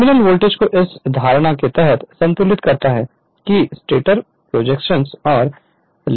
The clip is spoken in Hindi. टर्मिनल वोल्टेज को इस धारणा के तहत संतुलित करता है कि स्टेटर प्रेजिस्टेंस और लीकेज रिएक्टेंस नेगलिजिबल है